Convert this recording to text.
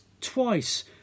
twice